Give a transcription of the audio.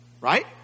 right